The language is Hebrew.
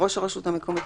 ראש הרשות המקומית,